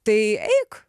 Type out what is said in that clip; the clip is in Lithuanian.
tai eik